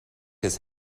his